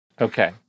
Okay